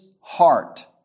heart